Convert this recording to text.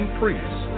priests